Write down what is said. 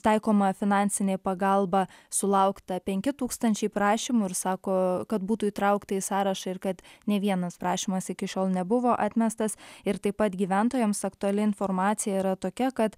taikoma finansinė pagalba sulaukta penki tūkstančiai prašymų ir sako kad būtų įtraukta į sąrašą ir kad nei vienas prašymas iki šiol nebuvo atmestas ir taip pat gyventojams aktuali informacija yra tokia kad